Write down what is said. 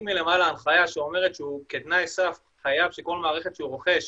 מלמעלה הנחיה שאומרת שהוא כתנאי סף חייב שכל מערכת שהוא רוכש